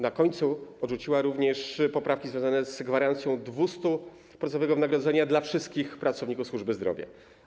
Na końcu odrzuciła również poprawki związane z gwarancją 200% wynagrodzenia dla wszystkich pracowników służby zdrowia.